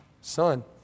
Son